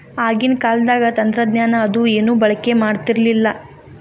ಆಗಿನ ಕಾಲದಾಗ ತಂತ್ರಜ್ಞಾನ ಅದು ಏನು ಬಳಕೆ ಮಾಡತಿರ್ಲಿಲ್ಲಾ